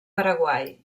paraguai